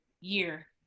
year